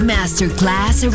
Masterclass